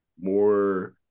more